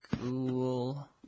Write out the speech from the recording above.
Cool